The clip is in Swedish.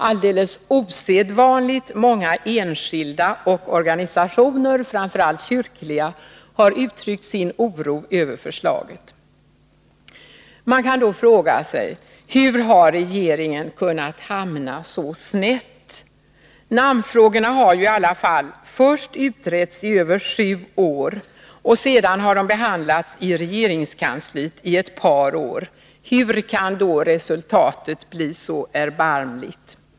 Alldeles osedvanligt många enskilda och organisationer, framför allt kyrkliga, har uttryckt sin oro över förslaget. Man kan då fråga sig: Hur har regeringen kunnat hamna så snett? Namnfrågorna har ju i alla fall först utretts i över sju år och sedan behandlats i regeringskansliet i ett par år. Hur kan då resultatet bli så erbarmligt?